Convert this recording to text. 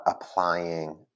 applying